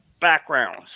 backgrounds